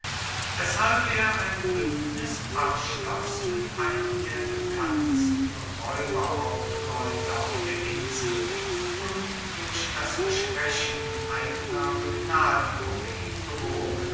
weshalb er ein bündnis abschloß mit einem der bekanntesten räuberhauptleute auf der insel und durch das versprechen eigener begnadigung ihn